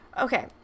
Okay